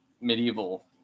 medieval